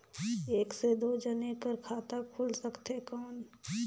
एक से दो जने कर खाता खुल सकथे कौन?